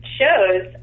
shows